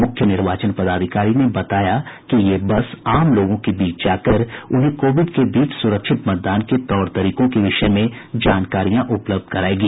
मुख्य निर्वाचन पदाधिकारी ने बताया कि ये बस आम लोगों के बीच जाकर उन्हें कोविड के बीच सुरक्षित मतदान के तौर तरीकों के विषय में जानकारियां उपलब्ध करायेगी